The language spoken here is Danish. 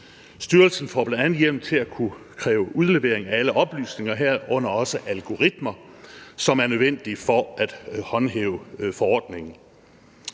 Styrelsen får bl.a. hjemmel til at kunne kræve udlevering af alle oplysninger, herunder også algoritmer, som er nødvendige for at håndhæve forordningen.